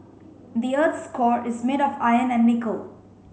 the earth's core is made of iron and nickel